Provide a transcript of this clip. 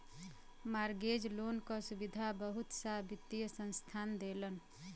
mortgage loan क सुविधा बहुत सा वित्तीय संस्थान देलन